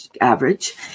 average